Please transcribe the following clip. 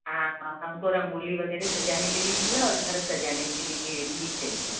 हाँ हमको रंगोली वगैरह सजाने के लिए चाहिए और घर सजाने के लिए भी चाहिए